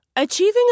Achieving